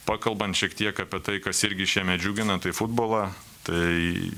pakalbant šiek tiek apie tai kas irgi šiemet džiugina tai futbolą tai